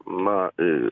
na į